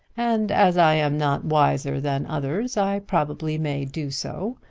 and as i am not wiser than others, i probably may do so.